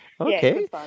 Okay